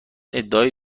ادعای